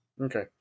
Okay